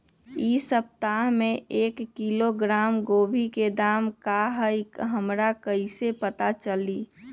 इ सप्ताह में एक किलोग्राम गोभी के दाम का हई हमरा कईसे पता चली?